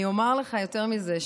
אני אומר לך יותר מזה.